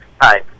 Hi